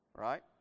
Right